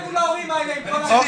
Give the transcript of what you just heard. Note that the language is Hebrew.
עם כל הכבוד